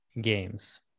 games